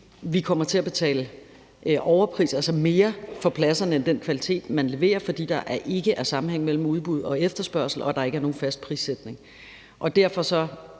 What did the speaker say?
vi kommer til at betale overpris, altså mere for pladserne end den kvalitet, man leverer, fordi der ikke er sammenhæng mellem udbud og efterspørgsel og ikke er nogen fast prissætning.